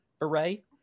array